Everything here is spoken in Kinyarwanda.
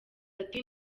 ati